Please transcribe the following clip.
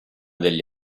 degli